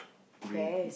green